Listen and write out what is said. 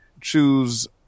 choose